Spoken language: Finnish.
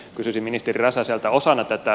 kysyisin ministeri räsäseltä